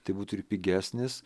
tai būtų ir pigesnis